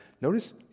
notice